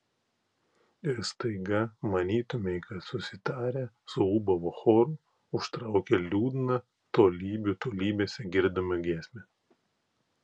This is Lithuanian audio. ir staiga manytumei kad susitarę suūbavo choru užtraukė liūdną tolybių tolybėse girdimą giesmę